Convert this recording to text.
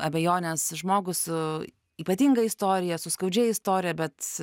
abejonės žmogų su ypatinga istorija su skaudžia istorija bet